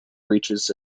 reaches